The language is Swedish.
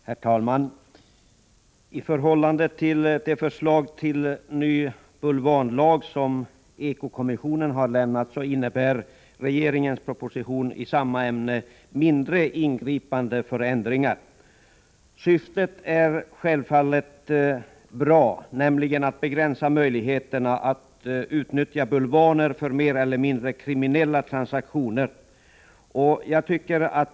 Herr talman! I förhållande till det förslag till ny bulvanlag som ekokommissionen har lämnat innebär regeringens proposition i samma ämne mindre ingripande förändringar. Syftet är självfallet bra, nämligen att begränsa möjligheterna att utnyttja bulvaner för mer eller mindre kriminella transaktioner.